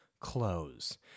close